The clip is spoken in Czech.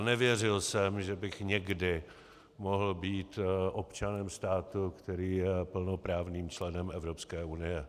A nevěřil jsem, že bych někdy mohl být občanem státu, který je plnoprávným členem Evropské unie.